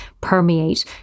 permeate